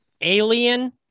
Alien